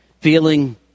feeling